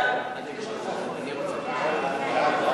ההצעה להפוך את הצעת חוק המים (תיקון,